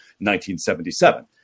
1977